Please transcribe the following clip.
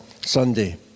Sunday